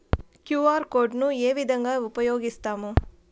QR code ను ఏ విధంగా ఉపయగిస్తాము?